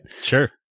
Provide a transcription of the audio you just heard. Sure